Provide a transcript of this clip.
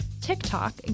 TikTok